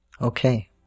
Okay